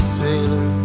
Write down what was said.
sailor